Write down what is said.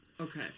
Okay